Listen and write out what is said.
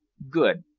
good,